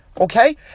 Okay